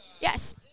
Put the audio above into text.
Yes